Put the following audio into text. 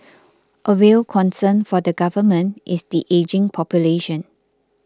a real concern for the Government is the ageing population